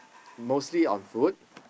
mostly on food